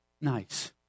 nice